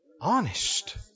honest